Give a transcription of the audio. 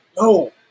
No